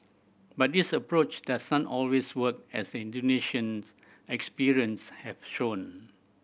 but this approach does not always work as the Indonesians experience has shown